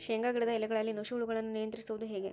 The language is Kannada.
ಶೇಂಗಾ ಗಿಡದ ಎಲೆಗಳಲ್ಲಿ ನುಷಿ ಹುಳುಗಳನ್ನು ನಿಯಂತ್ರಿಸುವುದು ಹೇಗೆ?